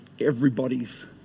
Everybody's